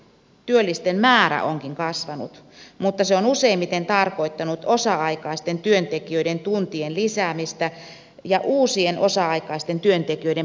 työllisten määrä onkin kasvanut mutta se on useimmiten tarkoittanut osa aikaisten työntekijöiden tuntien lisäämistä ja uusien osa aikaisten työntekijöiden palkkaamista